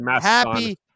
happy